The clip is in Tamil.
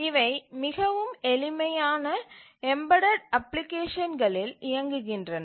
இவை மிகவும் எளிமையான எம்பெடட் அப்ளிகேஷன்களில் இயங்குகின்றன